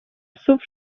psów